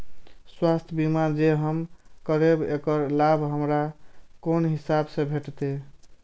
स्वास्थ्य बीमा जे हम करेब ऐकर लाभ हमरा कोन हिसाब से भेटतै?